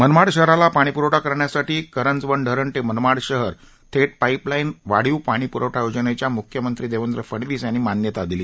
मनमाड शहराला पाणीपुरवठा करण्यासाठी करंजवण धरण ते मनमाड शहर थेट पाईपलाईन वाढीव पाणी पुरवठा योजनेला मुख्यमंत्री देवेंद्र फडणवीस यांनी मान्यता दिली